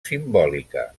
simbòlica